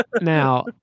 now